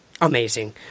Amazing